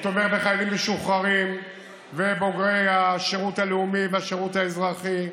הוא תומך בחיילים משוחררים ובבוגרי השירות הלאומי והשירות האזרחי.